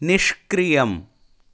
निष्क्रियम्